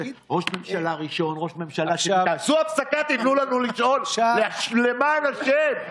עכשיו, בגלל אנשים כמוך,